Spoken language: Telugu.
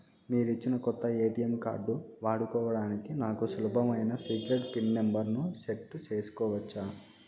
మీరిచ్చిన కొత్త ఎ.టి.ఎం కార్డు వాడుకోవడానికి నాకు సులభమైన సీక్రెట్ పిన్ నెంబర్ ను సెట్ సేసుకోవచ్చా?